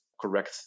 correct